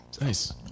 Nice